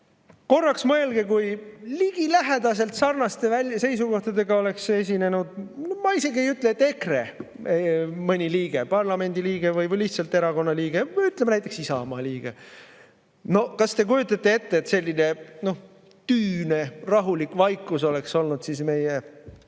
Korraks mõelge: kui ligilähedaselt sarnaste seisukohtadega oleks esinenud keegi, no ma isegi ei ütle EKRE mõni liige, parlamendiliige või lihtsalt erakonna liige, või ütleme, näiteks Isamaa liige. Kas te kujutate ette, et selline tüüne rahulik vaikus oleks olnud siis meie